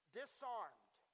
disarmed